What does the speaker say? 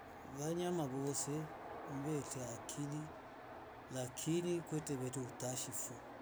Wanyama wosee wate akili lakini kwete wete weleutashi fo.